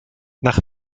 nach